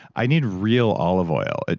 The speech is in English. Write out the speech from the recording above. i need real olive oil.